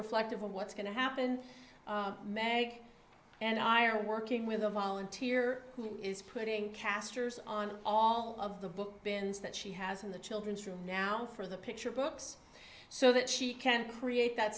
reflective of what's going to happen meg and i are working with a volunteer who is putting casters on all of the book bins that she has in the children's room now for the picture books so that she can create that